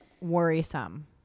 worrisome